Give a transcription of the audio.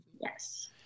Yes